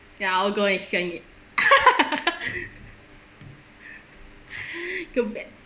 ya I'll go and send it